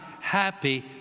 happy